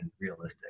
realistic